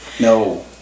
no